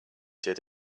did